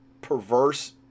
perverse